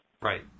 Right